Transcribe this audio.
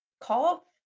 Call